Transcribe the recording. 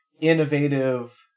innovative